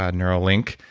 ah neuralink.